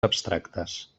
abstractes